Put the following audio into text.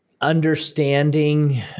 understanding